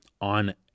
on